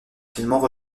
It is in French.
finalement